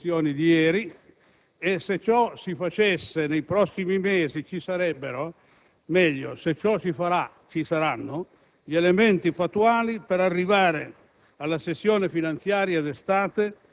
Di ciò vi è traccia nelle comunicazioni di ieri. E se ciò si facesse nei prossimi mesi ci sarebbero, o meglio, se ciò si farà ci saranno, gli elementi fattuali per arrivare